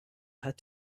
had